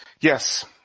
Yes